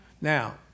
Now